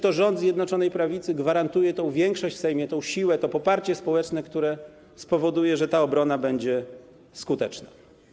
To rząd Zjednoczonej Prawicy gwarantuje tę większość w Sejmie, tę siłę, to poparcie społeczne, które spowoduje, że ta obrona będzie skuteczna.